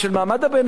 של הציבור בישראל.